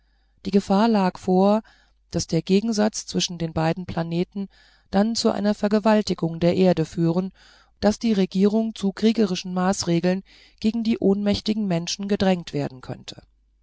die gefahr lag vor daß der gegensatz zwischen beiden planeten dann zu einer vergewaltigung der erde führen daß die regierung zu kriegerischen maßregeln gegen die ohnmächtigen menschen gedrängt werden könnte